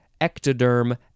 Ectoderm